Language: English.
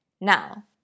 Now